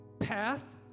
path